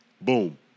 Boom